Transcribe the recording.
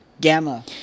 Gamma